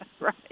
Right